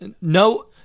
no